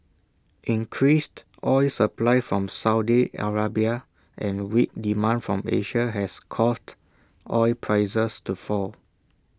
increased oil supply from Saudi Arabia and weak demand from Asia has caused oil prices to fall